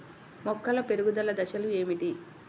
మొక్కల పెరుగుదల దశలు ఏమిటి?